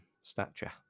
stature